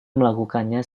melakukannya